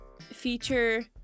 feature